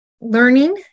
learning